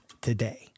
today